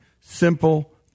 simple